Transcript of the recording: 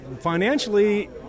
financially